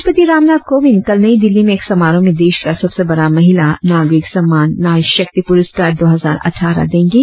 राष्ट्रपति रामनाथ कोविंद कल नई दिल्ली में एक समारोह में देश का सबसे बड़ा महिला नागरिक सम्मान नारी शक्ति पुरस्कार दो हजार अट्ठारह देंगे